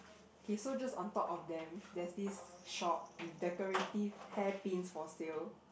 okay so just on top of them there's this shop with decorative hairpins for sale